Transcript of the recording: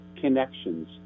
connections